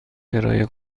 کرایه